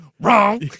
Wrong